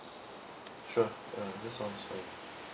sure uh this one is fine